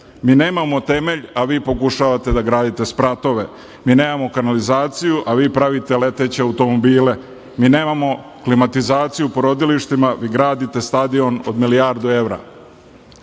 Mi nemamo temelj, a vi pokušavate da gradite spratove. Mi nemamo kanalizaciju, a vi pravite leteće automobile. Mi nemamo klimatizaciju u porodilištima, vi gradite stadion od milijardu